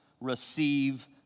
receive